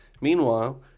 Meanwhile